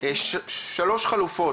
שלוש חלופות.